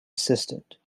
assistant